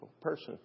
person